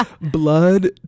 blood